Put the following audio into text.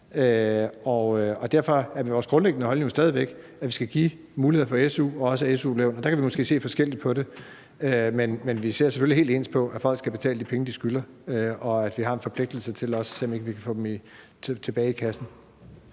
er vores grundlæggende holdning jo stadig væk, at vi skal give muligheder for at få su og su-lån. Det kan vi selvfølgelig se forskelligt på, men vi ser selvfølgelig helt ens på, at folk skal betale de penge, de skylder, og at vi har en forpligtelse til også at se, om ikke vi kan få dem tilbage i kassen.